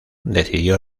decidió